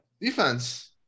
Defense